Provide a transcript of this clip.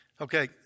Okay